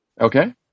okay